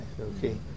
Okay